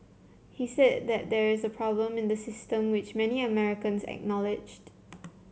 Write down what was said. he said that there is a problem in the system which many Americans acknowledged